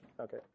Okay